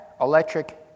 electric